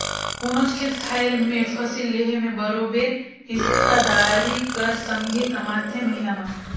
कोनोच खेत खाएर में फसिल लेहे में बरोबेर हिस्सादारी कर संघे कमाथें महिला मन